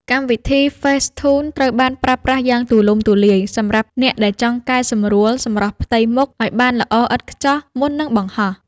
កម្មវិធី ហ្វេសធូន ត្រូវបានប្រើប្រាស់យ៉ាងទូលំទូលាយសម្រាប់អ្នកដែលចង់កែសម្រួលសម្រស់ផ្ទៃមុខឱ្យបានល្អឥតខ្ចោះមុននឹងបង្ហោះ។